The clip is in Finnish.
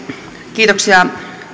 kiitoksia